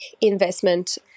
investment